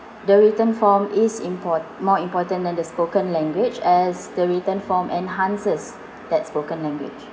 the written form is import~ more important than the spoken language as the written form enhances that spoken language